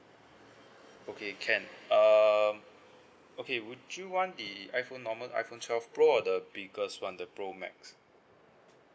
okay can err okay would you want the iphone normal iphone twelve pro or the biggest one the pro max